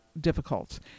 difficult